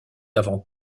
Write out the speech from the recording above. avant